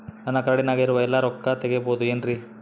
ನನ್ನ ಕಾರ್ಡಿನಾಗ ಇರುವ ಎಲ್ಲಾ ರೊಕ್ಕ ತೆಗೆಯಬಹುದು ಏನ್ರಿ?